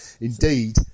Indeed